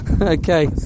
Okay